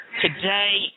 today